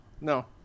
No